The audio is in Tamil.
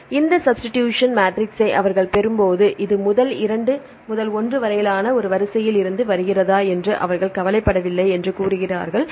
எனவே இந்த சப்ஸ்டிடூஷன் மேட்ரிக்ஸை அவர்கள் பெறும்போது இது முதல் 2 முதல் 1 வரையிலான ஒரு வரிசையில் இருந்து வருகிறதா என்று அவர்கள் கவலைப்படவில்லை என்று கூறுகிறார்கள்